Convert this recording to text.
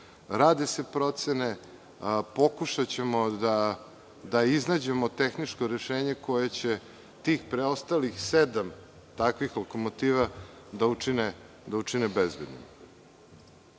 Rade se procene. Pokušaćemo da iznađemo tehničko rešenje koje će tih preostalih sedam takvih lokomotiva da učine bezbednim. Mi